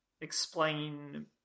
explain